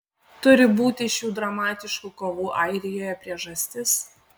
turi būti šių dramatiškų kovų airijoje priežastis